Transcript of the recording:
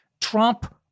Trump